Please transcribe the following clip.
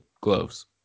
gloves